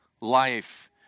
life